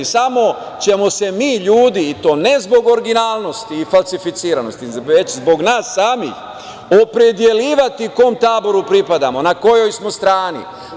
Samo ćemo se mi ljudi, i to ne zbog originalnosti i falsificiranosti, već zbog nas samih, opredeljivati kom taboru pripadamo, na kojoj smo strani.